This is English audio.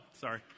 Sorry